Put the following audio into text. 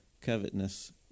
covetousness